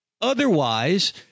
Otherwise